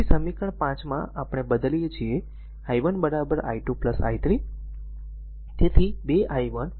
તેથી સમીકરણ 5 માં આપણે બદલીએ છીએ કે i1 i2 i3